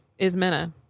Ismena